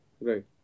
Right